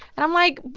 and i'm like,